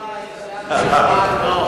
סיעה ממושמעת.